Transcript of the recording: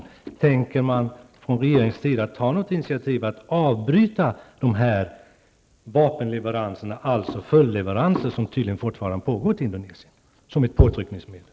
Tänker regeringen ta något initiativ till att som ett påtryckningsmedel avbryta de vapenleveranser av typ följdleveranser till Indonesien som tydligen fortfarande pågår?